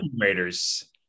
Raiders